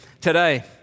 today